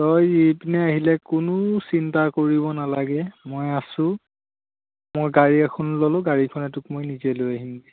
তই এইপিনে আহিলে কোনো চিন্তা কৰিব নালাগে মই আছোঁ মই গাড়ী এখন ল'লোঁ গাড়ীখনে তোক মই নিজে লৈ আহিমগৈ